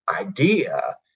idea